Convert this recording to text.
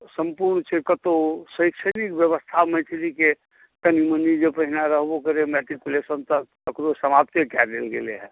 सम्पूर्ण छै कतहु शैक्षणिक व्यवस्था मैथिलीके कनि मनि जे पहिने रहबो करै मैट्रिकुलेशन तक तकरहु समाप्ते कए देल गेलै हेँ